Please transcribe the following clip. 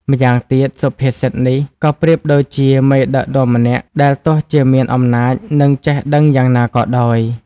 ម្យ៉ាងទៀត សុភាសិតនេះក៏ប្រៀបដូចជា មេដឹកនាំម្នាក់ ដែលទោះជាមានអំណាច និងចេះដឹងយ៉ាងណាក៏ដោយ។